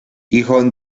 hijo